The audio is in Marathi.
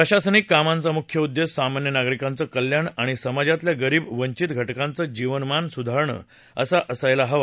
प्रशासनिक कामांचा मुख्य उद्देश सामान्य नागरिकांचं कल्याण आणि समाजातल्या गरीब वंचित घटकांचं जीवनमान सुधारणं असा असायला हवा